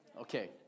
okay